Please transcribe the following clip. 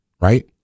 Right